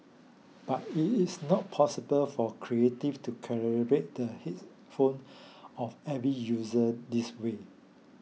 but it is not possible for Creative to the headphone of every user this way